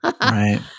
Right